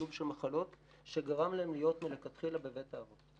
שילוב של מחלות שגרם להם להיות מלכתחילה בבית האבות.